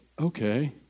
okay